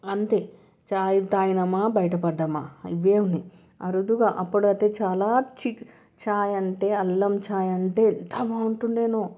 అంతే చాయ్ తాగామా బయట పడ్డామా ఇదే ఉంది అరుదుగా అప్పుడైతే చాలా చాయ్ అంటే అల్లం చాయ్ అంటే ఎంత బాగుండేదో